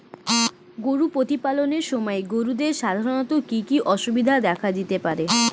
গরু প্রতিপালনের সময় গরুদের সাধারণত কি কি অসুবিধা দেখা দিতে পারে?